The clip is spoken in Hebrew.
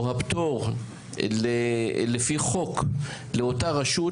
או הפטור לפי חוק לאותה רשות,